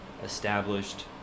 Established